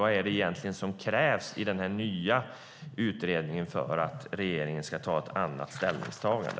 Vad är det egentligen som krävs i den här nya utredningen för att regeringen ska göra ett annat ställningstagande?